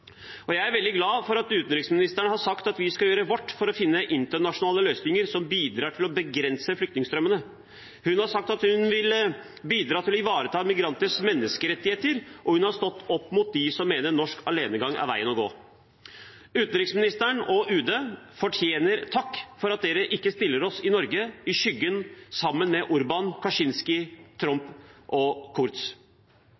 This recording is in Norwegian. flyktninger. Jeg er veldig glad for at utenriksministeren har sagt at vi skal gjøre vårt for å finne internasjonale løsninger som bidrar til å begrense flyktningstrømmene. Hun har sagt hun vil bidra til å ivareta migranters menneskerettigheter, og hun har stått opp mot dem som mener at norsk alenegang er veien å gå. Utenriksministeren og UD fortjener takk for de ikke stiller oss i Norge i skyggen, sammen med